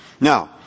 Now